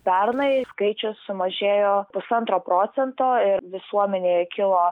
pernai skaičius sumažėjo pusantro procento ir visuomenėje kilo